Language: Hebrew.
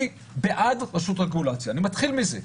אני בעד רשות רגולציה, אני מתחיל מזה.